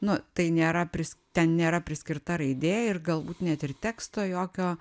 nu tai nėra pris ten nėra priskirta raidė ir galbūt net ir teksto jokio